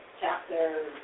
Chapter